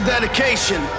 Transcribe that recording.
dedication